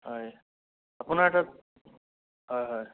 হয় আপোনাৰ তাত হয় হয়